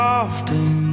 often